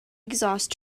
exhaust